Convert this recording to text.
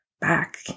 back